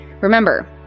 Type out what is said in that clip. Remember